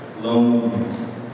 loneliness